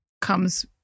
comes